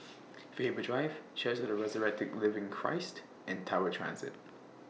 Faber Drive Church of The Resurrected Living Christ and Tower Transit